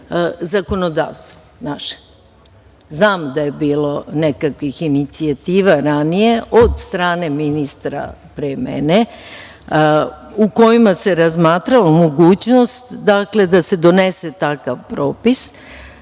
zakonodavstvo. Znam da je bilo nekakvih inicijativa ranije, od strane ministra pre mene, u kojima se razmatrala mogućnost da se donese takav propis.